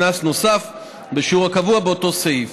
קנס נוסף בשיעור הקבוע באותו סעיף.